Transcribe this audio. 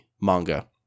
manga